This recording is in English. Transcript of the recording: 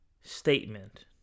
statement